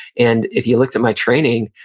and if you looked at my training,